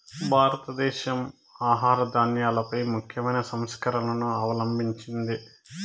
భారతదేశం ఆహార ధాన్యాలపై ముఖ్యమైన సంస్కరణలను అవలంభించింది